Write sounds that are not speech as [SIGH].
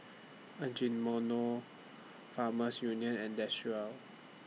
[UNINTELLIGIBLE] Farmers Union and Desigual